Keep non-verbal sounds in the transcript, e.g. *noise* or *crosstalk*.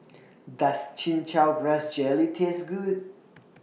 *noise* Does Chin Chow Grass Jelly Taste Good *noise*